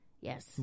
Yes